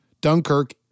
Dunkirk